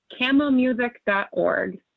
camomusic.org